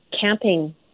camping